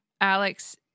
Alex